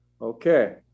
Okay